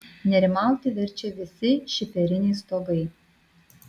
nerimauti verčia visi šiferiniai stogai